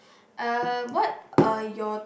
um what are your